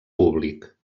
públic